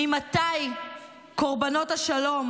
ממתי קורבנות השלום